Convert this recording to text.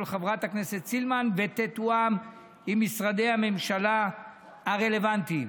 חברת הכנסת סילמן ותתואם עם משרדי הממשלה הרלוונטיים.